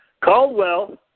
Caldwell